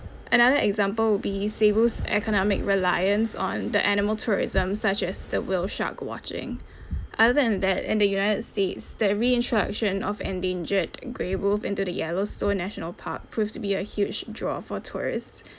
another example would be say boost economic reliance on the animal tourism such as the whale shark watching other than that in the united states that reintroduction of endangered grey wolf into the yellowstone national park proved to be a huge draw for tourists